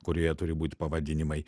kurioje turi būt pavadinimai